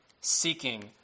seeking